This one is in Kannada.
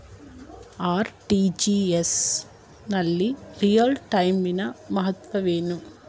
ಆರ್.ಟಿ.ಜಿ.ಎಸ್ ನಲ್ಲಿ ರಿಯಲ್ ಟೈಮ್ ನ ಮಹತ್ವವೇನು?